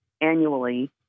annually